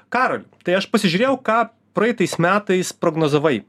karoli tai aš pasižiūrėjau ką praeitais metais prognozavai